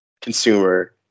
consumer